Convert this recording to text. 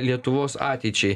lietuvos ateičiai